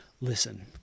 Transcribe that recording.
listen